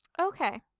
okay